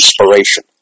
inspiration